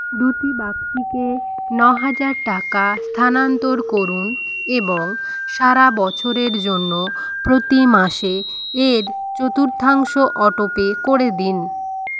দ্যুতি বাগদিকে নহাজার টাকা স্থানান্তর করুন এবং সারা বছরের জন্য প্রতি মাসে এর চতুর্থাংশ অটোপে করে দিন